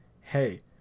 hey